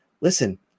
listen